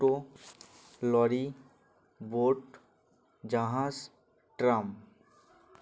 টোটো lorry boat জাহাজ tram